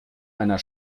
einer